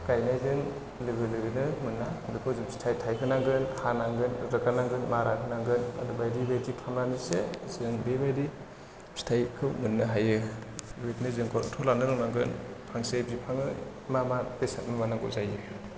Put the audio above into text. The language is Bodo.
गायनायजों लोगो लोगोनो मोना बेखौ जों जों फिथाइ थाइहोनांगोन हानांगोन रोगानांगोन मारा होनांगोन बायदि बायदि खालामनानैसो जों बेबायदि फिथाइखौ मोननो हायो बिबादिनो जों गरन्थ' लानो रोंनांगोन फांसे बिफांनो मा मा बेसाद मुवा नांगौ जायो